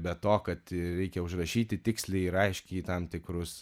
be to kad reikia užrašyti tiksliai ir aiškiai tam tikrus